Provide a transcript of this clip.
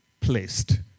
placed